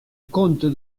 comte